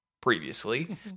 previously